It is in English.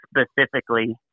specifically